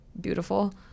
beautiful